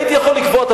הייתי יכול לגבות,